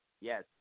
yes